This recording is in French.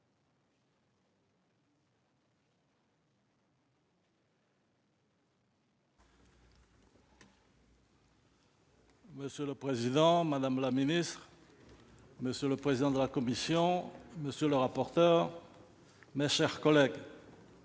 Monsieur le président, madame la ministre, monsieur le président de la commission des lois, monsieur le rapporteur, mes chers collègues,